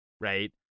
right